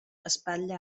espatlla